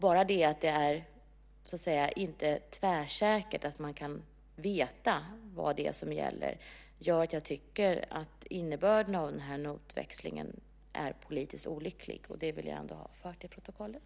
Bara det att det inte är tvärsäkert att man kan veta vad det är som gäller gör att jag tycker innebörden av den här notväxlingen är politiskt olycklig, och det vill jag ha fört till protokollet.